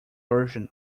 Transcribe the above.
version